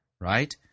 right